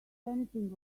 anything